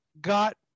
got